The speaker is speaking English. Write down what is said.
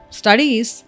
studies